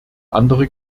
andere